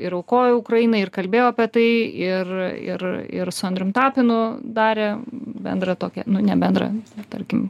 ir aukojo ukrainai ir kalbėjo apie tai ir ir ir su andrium tapinu darė bendrą tokią nu ne bendrą tarkim